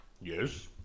Yes